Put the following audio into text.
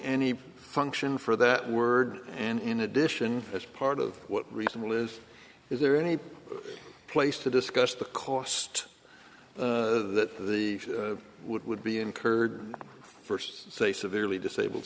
function for that word and in addition as part of what reason will is is there any place to discuss the cost of that the would would be incurred first say severely disabled